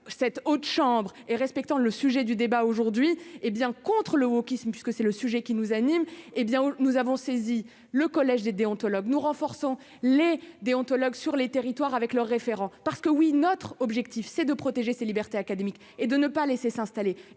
cette autre chambre et respectant le sujet du débat aujourd'hui hé bien contre le wokisme puisque c'est le sujet qui nous anime, hé bien nous avons saisi le collège des déontologue nous renforçons les déontologue sur les territoires avec leur référent parce que oui, notre objectif, c'est de protéger ses libertés académiques et de ne pas laisser s'installer